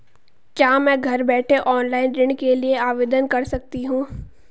क्या मैं घर बैठे ऑनलाइन ऋण के लिए आवेदन कर सकती हूँ?